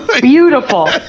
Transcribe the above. beautiful